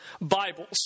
Bibles